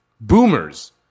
boomers